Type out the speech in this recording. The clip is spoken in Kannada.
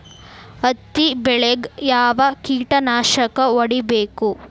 ಹತ್ತಿ ಬೆಳೇಗ್ ಯಾವ್ ಕೇಟನಾಶಕ ಹೋಡಿಬೇಕು?